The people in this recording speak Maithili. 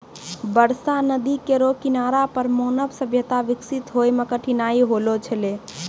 बरसा नदी केरो किनारा पर मानव सभ्यता बिकसित होय म कठिनाई होलो छलै